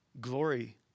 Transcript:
glory